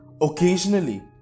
Occasionally